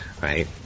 right